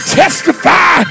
testify